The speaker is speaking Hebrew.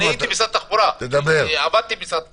אני עבדתי במשרד התחבורה.